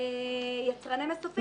יצרני מסופים.